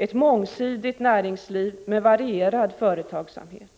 Ett mångsidigt näringsliv med varierad företagsamhet.